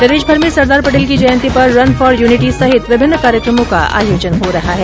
प्रदेशभर में सरदार पटेल की जयंती पर रन फोर यूनिटी सहित विभिन्न कार्यकमों का आयोजन हो रहा है